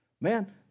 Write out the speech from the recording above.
Man